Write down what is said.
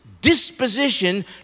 disposition